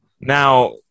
now